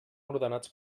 ordenats